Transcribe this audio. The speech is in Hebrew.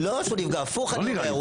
לא, איפה הוא נפגע, הפוך אני אומר.